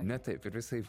ne taip ir visaip